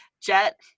Jet